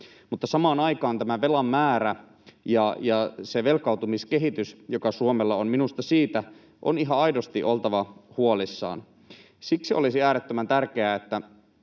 samaan aikaan tästä velan määrästä ja siitä velkaantumiskehityksestä, joka Suomella on, on ihan aidosti oltava huolissaan. Siksi olisi äärettömän tärkeää, että